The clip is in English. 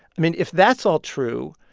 i mean, if that's all true,